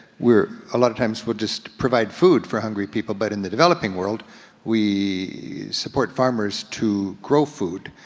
where a lot of times we'll just provide food for hungry people, but in the developing world we support farmers to grow food.